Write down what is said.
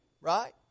right